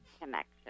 connection